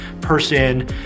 person